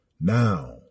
now